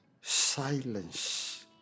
silence